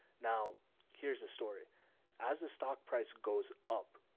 now here's a story as the stock price goes up,